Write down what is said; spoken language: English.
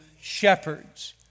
shepherds